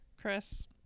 Chris